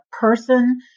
person